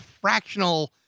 fractional